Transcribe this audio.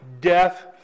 death